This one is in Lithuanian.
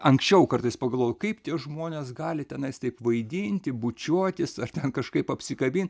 anksčiau kartais pagalvojau kaip tie žmonės gali tenais taip vaidinti bučiuotis ar ten kažkaip apsikabint